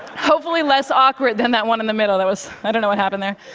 hopefully less awkward than that one in the middle. that was i don't know what happened there.